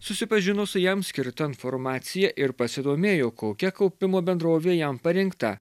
susipažino su jam skirta informacija ir pasidomėjo kokia kaupimo bendrovė jam parinkta